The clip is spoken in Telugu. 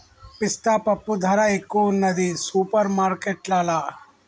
పిస్తా పప్పు ధర ఎక్కువున్నది సూపర్ మార్కెట్లల్లా